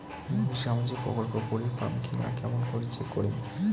মুই সামাজিক প্রকল্প করির পাম কিনা কেমন করি চেক করিম?